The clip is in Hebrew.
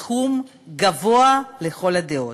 סכום גבוה לכל הדעות.